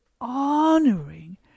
honoring